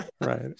right